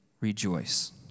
rejoice